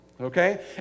Okay